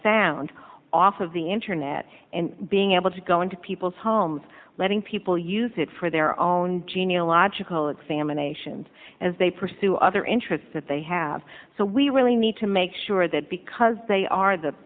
sound off of the internet and being able to go into people's homes letting people use it for their own genial logical examination as they pursue other interests that they have so we really need to make sure that because they are the